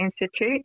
Institute